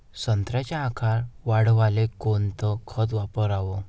संत्र्याचा आकार वाढवाले कोणतं खत वापराव?